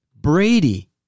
Brady